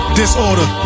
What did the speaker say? disorder